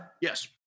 yes